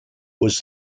was